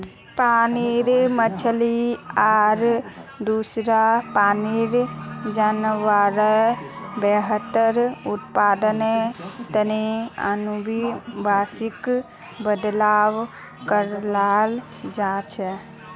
पानीर मछली आर दूसरा पानीर जान्वारेर बेहतर उत्पदानेर तने अनुवांशिक बदलाव कराल जाहा